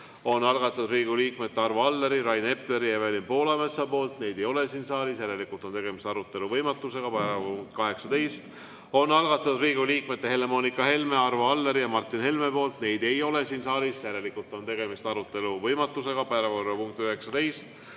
on algatatud Riigikogu liikmete Arvo Alleri, Rain Epleri ja Evelin Poolametsa poolt. Neid ei ole siin saalis, järelikult on tegemist arutelu võimatusega. Päevakorrapunkt nr 18 on algatatud Riigikogu liikmete Helle-Moonika Helme, Arvo Alleri ja Martin Helme poolt. Neid ei ole siin saalis, järelikult on tegemist arutelu võimatusega.